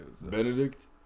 Benedict